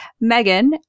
Megan